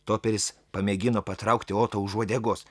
toperis pamėgino patraukti otą už uodegos